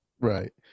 Right